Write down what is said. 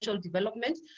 development